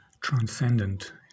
transcendent